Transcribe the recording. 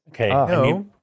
Okay